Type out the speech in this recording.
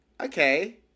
okay